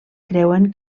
creuen